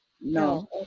No